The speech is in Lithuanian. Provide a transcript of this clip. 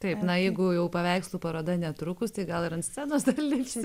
taip na jeigu jau paveikslų paroda netrukus tai gal ir ant scenos dar lipsi